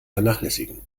vernachlässigen